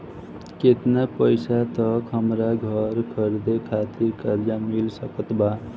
केतना पईसा तक हमरा घर खरीदे खातिर कर्जा मिल सकत बा?